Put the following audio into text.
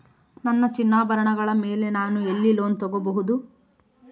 ನನ್ನ ಚಿನ್ನಾಭರಣಗಳ ಮೇಲೆ ನಾನು ಎಲ್ಲಿ ಲೋನ್ ತೊಗೊಬಹುದು?